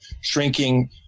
shrinking